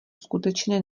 skutečné